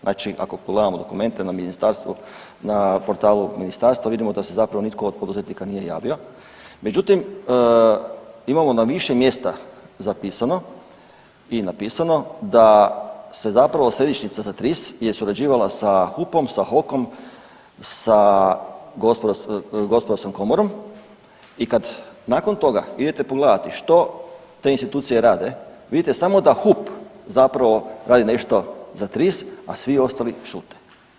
Znači ako pogledamo dokumente na ministarstvo, na portalu ministarstva, vidimo da se zapravo nitko od poduzetnika nije javio, međutim, imamo na više mjesta zapisano i napisano da se zapravo Središnjica za TRIS je surađivala sa HUP-om, sa HOK-om, sa Gospodarskom komorom i kad nakon toga idete pogledati što te institucije rade, vidite samo da HUP zapravo radi nešto za TRIS, a svi ostali šute.